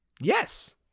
yes